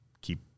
keep